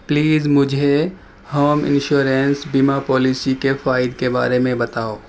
please مجھے home insurance بیمہ policy کے فوائد کے بارے میں بتاؤ